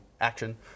action